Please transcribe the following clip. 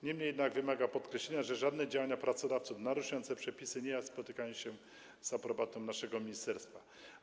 Niemniej jednak wymaga podkreślenia, że żadne działania pracodawców naruszające przepisy nie spotykają się z aprobatą naszego ministerstwa.